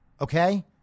okay